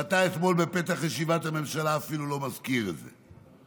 ואתה אתמול בפתח ישיבת הממשלה אפילו לא מזכיר את זה.